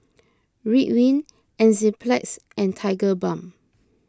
Ridwind Enzyplex and Tigerbalm